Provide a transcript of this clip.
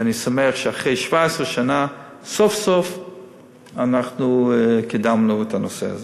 ואני שמח שאחרי 17 שנה סוף-סוף אנחנו קידמנו את הנושא הזה.